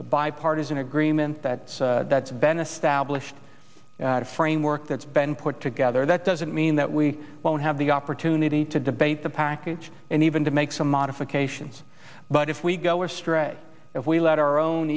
a bipartisan agreement that that's bene stablished a framework that ben put together that doesn't mean that we won't have the opportunity to debate the package and even to make some modifications but if we go astray if we let our own